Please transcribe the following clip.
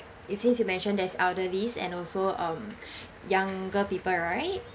it seems you mentioned there's elderlies and also um younger people right